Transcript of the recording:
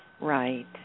Right